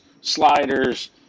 sliders